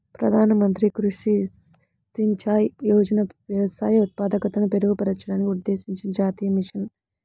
ప్రధాన మంత్రి కృషి సించాయ్ యోజన వ్యవసాయ ఉత్పాదకతను మెరుగుపరచడానికి ఉద్దేశించిన జాతీయ మిషన్